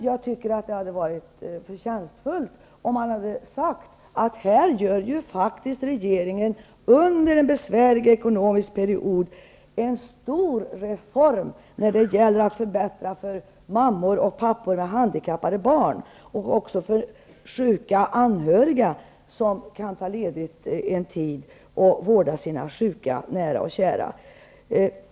Jag tycker att det hade varit förtjänstfullt om man hade sagt: Här gör faktiskt regeringen under en ekonomiskt besvärlig period en stor reform när det gäller att förbättra för mammor och pappor med handikappade barn och även för anhöriga till sjuka, vilka kan ta ledigt en tid för att vårda sina sjuka nära och kära.